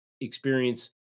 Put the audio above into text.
experience